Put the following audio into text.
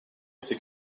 ses